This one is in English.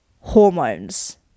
hormones